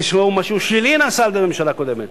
אם משהו שלילי נעשה על-ידי ממשלה קודמת.